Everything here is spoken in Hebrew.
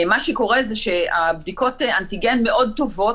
מה שקורה זה שבדיקות אנטיגן מאוד טובות,